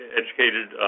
educated